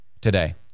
today